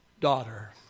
daughter